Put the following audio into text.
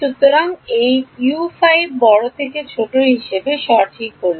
সুতরাং এই U5 বড় থেকে ছোট হিসাবে সঠিক ছিল